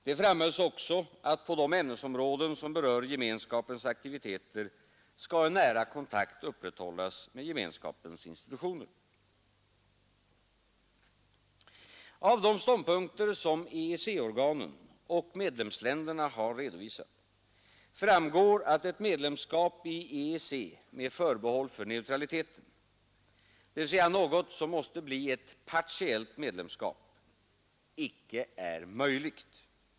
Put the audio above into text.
Det framhölls också att på de ämnesområden som berör gemenskapens aktiviteter skall en nära kontakt upprätthållas med gemenskapens institutioner. Av de ståndpunkter som E redovisat framgår att ett medlemskap i EEC med förbehåll för neutrali organen och medlemsländerna har teten, dvs. något som måste bli ett partiellt medlemskap, icke är möjligt.